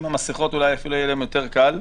עם המסכות זה יהיה להם אולי הרבה יותר קל.